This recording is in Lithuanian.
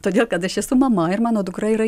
todėl kad aš esu mama ir mano dukra yra